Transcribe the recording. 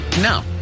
No